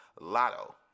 lotto